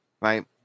right